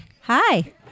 Hi